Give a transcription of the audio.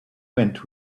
went